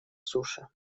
суше